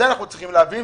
זה אנחנו צריכים להבין,